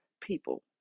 people